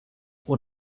och